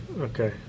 Okay